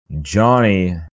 Johnny